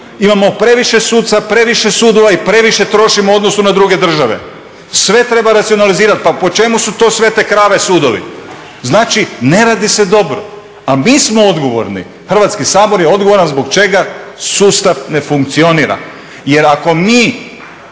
imamo previše suca, previše sudova i previše trošimo u odnosu na druge države. Sve treba racionalizirati, pa po čemu su to svete krave sudovi? Znači, ne radi se dobro, a mi smo odgovorni, Hrvatski sabor je odgovoran zbog čega sustav ne funkcionira jer ako mi